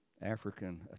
African